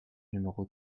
numéro